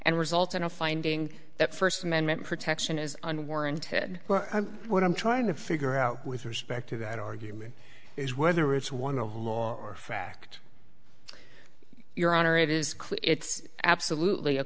and result in a finding that first amendment protection is unwarranted well what i'm trying to figure out with respect to that argument is whether it's one of law or fact your honor it is clear it's absolutely a